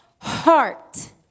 heart